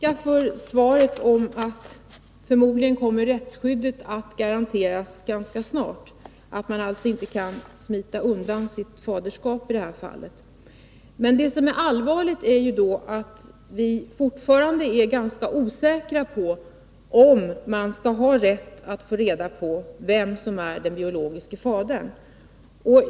Herr talman! Jag tackar för upplysningen om att rättsskyddet förmodligen kommer att garanteras ganska snart, så att man inte kommer att kunna smita undan sitt faderskap. Men det allvarliga i det här fallet är att vi fortfarande är ganska osäkra när det gäller frågan om barn skall ha rätt att få reda på vem som är den biologiske fadern.